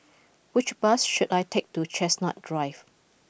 which bus should I take to Chestnut drive